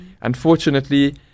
unfortunately